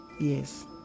Yes